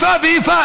איפה ואיפה.